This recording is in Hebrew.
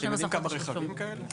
אתם יודעים כמה רכבים כאלה יש?